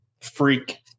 freak